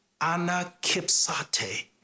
anakipsate